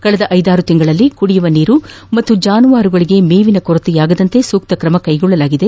ಕಳೆದ ಐದಾರು ತಿಂಗಳಲ್ಲಿ ಕುಡಿಯುವ ನೀರು ಹಾಗೂ ಜಾನುವಾರುಗಳಿಗೆ ಮೇವಿನ ಕೊರತೆಯಾಗದಂತೆ ಸೂಕ್ತ ಕ್ರಮ ಕೈಗೊಳ್ಳಲಾಗಿತ್ತು